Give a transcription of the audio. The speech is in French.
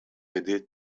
aidé